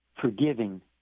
forgiving